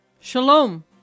Shalom